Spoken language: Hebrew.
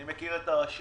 אני מכיר את הרשות